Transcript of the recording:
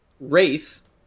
Wraith